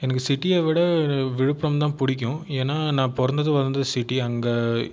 எனக்கு சிட்டியை விட விழுப்புரம் தான் பிடிக்கும் ஏன்னால் நான் பிறந்தது வளர்ந்தது சிட்டி அங்கே